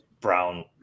Brown